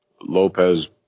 Lopez